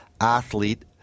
athlete